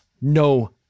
No